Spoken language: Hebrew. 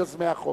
יוזמי החוק